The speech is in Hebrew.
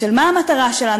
מה המטרה שלנו?